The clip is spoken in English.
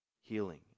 healing